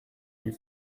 lui